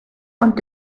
und